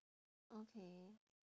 okay